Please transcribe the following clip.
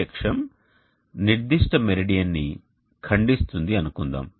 ఈ అక్షం నిర్దిష్ట మెరిడియన్ని ఖండిస్తుంది అనుకుందాం